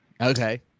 Okay